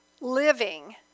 living